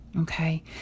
Okay